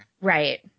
Right